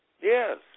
Yes